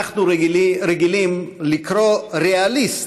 אנחנו רגילים לקרוא "ריאליסט"